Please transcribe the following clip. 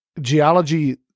geology